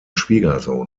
schwiegersohn